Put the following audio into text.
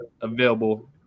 available